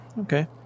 Okay